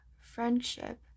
friendship